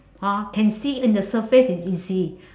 hor can see in the surface is easy